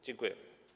Dziękuję.